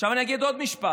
עכשיו אני אגיד עוד משפט: